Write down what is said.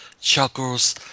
chuckles